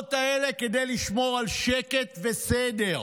ברמות האלה, כדי לשמור על שקט וסדר.